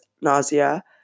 nausea